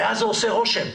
ואז זה עושה רושם,